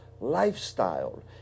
lifestyle